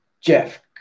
Jeff